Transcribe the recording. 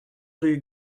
rue